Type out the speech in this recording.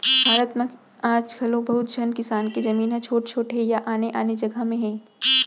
भारत म आज घलौ बहुत झन किसान के जमीन ह छोट छोट हे या आने आने जघा म हे